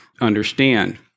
understand